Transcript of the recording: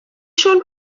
siôn